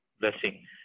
blessing